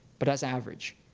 but that's average.